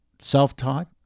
self-taught